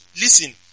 Listen